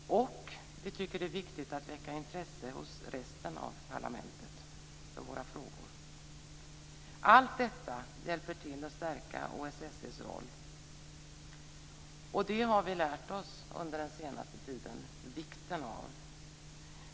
Vi tycker också att det är viktigt att väcka intresse för våra frågor hos resten av parlamentet. Allt detta hjälper till att stärka OSSE:s roll. Vi har under den senaste tiden lärt oss vikten av detta.